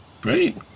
great